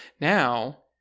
now